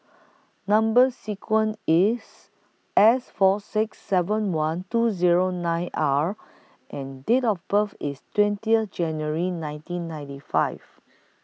Number sequence IS S four six seven one two Zero nine R and Date of birth IS twentieth January nineteen ninety five